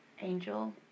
Angel